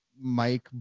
mike